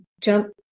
jump